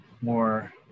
more